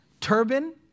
turban